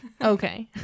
Okay